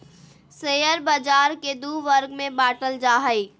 share बाज़ार के दू वर्ग में बांटल जा हइ